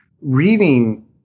reading